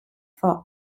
for